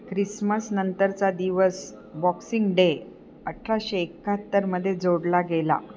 Christmas नंतरचा दिवस boxing day अठराशे एकाहत्तरमध्ये जोडला गेला